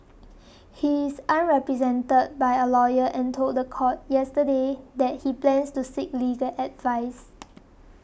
he is unrepresented by a lawyer and told the court yesterday that he plans to seek legal advice